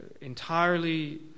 entirely